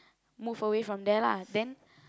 move away from there lah then